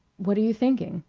what are you thinking?